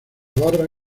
barra